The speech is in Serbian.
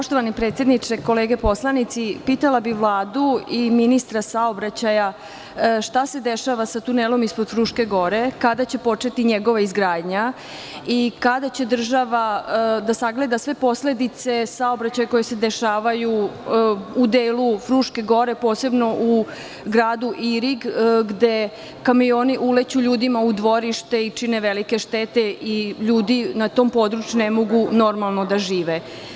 Poštovani predsedniče, kolege poslanici, pitala bih Vladu i ministra saobraćaja – šta se dešava sa tunelom ispod Fruške Gore, kada će početi njegova izgradnja i kada će država da sagleda sve posledice saobraćaja koje se dešavaju u delu Fruške Gore, posebno u gradu Irigu, gde kamioni uleću ljudima u dvorište i čine velike štete i ljudi na tom području ne mogu normalno da žive.